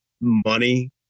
money